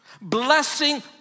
Blessing